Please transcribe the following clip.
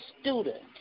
student